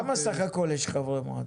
כמה סך הכל יש חברי מועצה?